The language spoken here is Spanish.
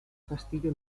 castillo